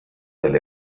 del